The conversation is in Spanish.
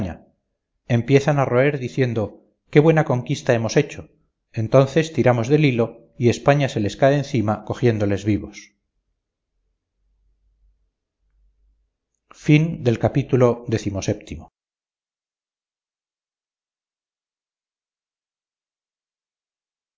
empiezan a roer diciendo qué buena conquista hemos hecho entonces tiramos del hilo y españa se les cae encima cogiéndoles vivos